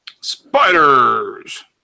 Spiders